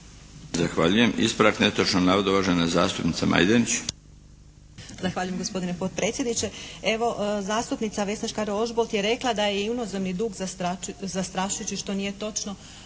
Zahvaljujem. Ispravak netočnog navoda uvažena zastupnica Majdenić.